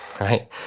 right